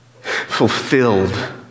fulfilled